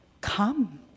Come